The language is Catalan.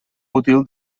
útil